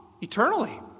eternally